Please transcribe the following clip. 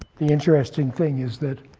the interesting thing is that